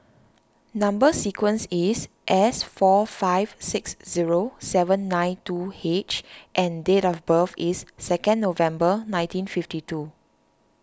Number Sequence is S four five six zero seven nine two H and date of birth is second November nineteen fifty two